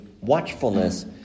watchfulness